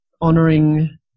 honoring